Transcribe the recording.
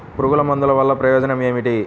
పురుగుల మందుల వల్ల ప్రయోజనం ఏమిటీ?